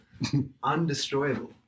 undestroyable